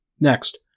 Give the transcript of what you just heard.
Next